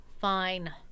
Fine